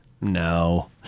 No